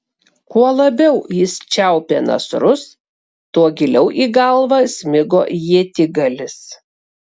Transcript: kuo labiau jis čiaupė nasrus tuo giliau į galvą smigo ietigalis